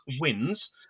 wins